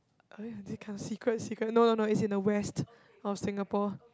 uh yeah they say can't secret secret no no no it's in the west of Singapore